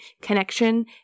connection